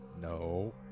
No